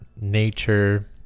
nature